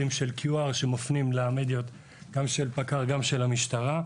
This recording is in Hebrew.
ברקודים שמפנים למדיות של פיקוד העורף ושל המשטרה.